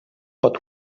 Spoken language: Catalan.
pot